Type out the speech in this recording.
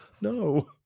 No